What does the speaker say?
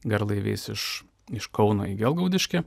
garlaiviais iš iš kauno į gelgaudiškį